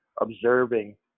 observing